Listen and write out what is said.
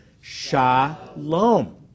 shalom